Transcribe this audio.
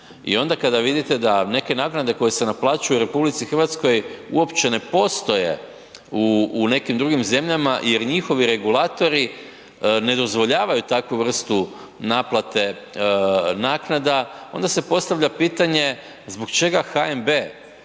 i onda kada vidite da neke naknade koje se naplaćuju u RH uopće ne postoje u nekim drugim zemljama jer njihovi regulatori ne dozvoljavaju takvu vrstu naplate naknada onda se postavlja pitanje zbog čega HNB ne